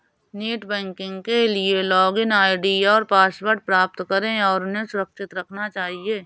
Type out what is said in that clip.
net banking के लिए login ID और पासवर्ड प्राप्त करें और उन्हें सुरक्षित रखना चहिये